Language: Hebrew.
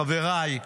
חבריי,